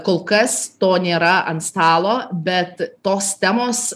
kol kas to nėra ant stalo bet tos temos